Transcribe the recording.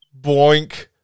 Boink